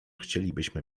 chcielibyśmy